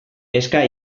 eska